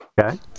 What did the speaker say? Okay